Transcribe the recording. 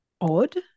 odd